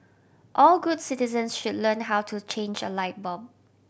all good citizens should learn how to change a light bulb